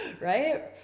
right